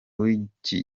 w’iki